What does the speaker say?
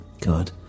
god